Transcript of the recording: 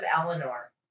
Eleanor